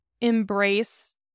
embrace